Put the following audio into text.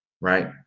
Right